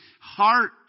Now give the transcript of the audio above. heart